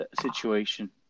situation